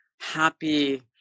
happy